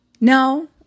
No